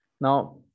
Now